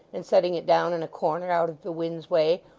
and setting it down in a corner out of the wind's way,